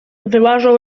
wyłażą